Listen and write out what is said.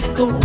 go